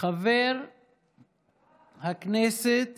חבר הכנסת